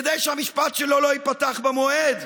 כדי שהמשפט שלו לא ייפתח במועד.